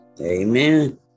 Amen